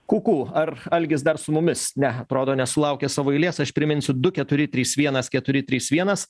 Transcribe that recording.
kūkū ar algis dar su mumis ne atrodo nesulaukė savo eilės aš priminsiu du keturi trys vienas keturi trys vienas